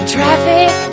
Traffic